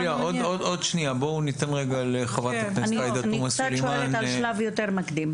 אני שואלת על שלב יותר מקדים.